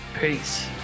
peace